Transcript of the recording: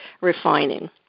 refining